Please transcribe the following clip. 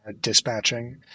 dispatching